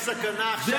ויש סכנה עכשיו,